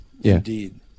indeed